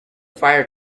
fire